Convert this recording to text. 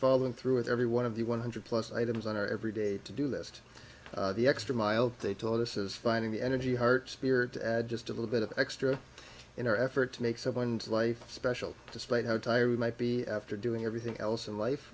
following through with every one of the one hundred plus items on our every day to do this the extra mile they told us is finding the energy heart spirit to add just a little bit of extra in our effort to make someone's life special despite how tired we might be after doing everything else in life